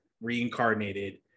Reincarnated